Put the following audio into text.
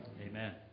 amen